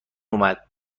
اومد